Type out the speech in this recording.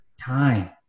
time